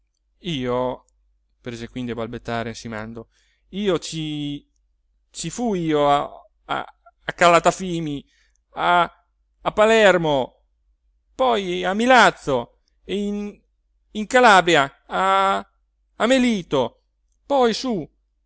io prese quindi a balbettare ansimando io ci ci fui io a a calatafimi a a palermo poi a milazzo e in in calabria a a melito poi su